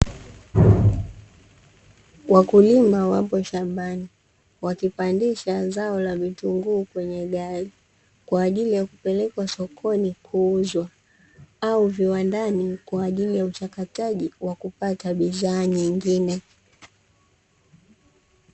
Wakulima wapo shambani wakipandisha zao la vitunguu kwenye gari kwa ajili ya kupelekwa sokoni kuuzwa au viwandani, kwa ajili ya uchakatwaji wa kupata bidhaa nyengine.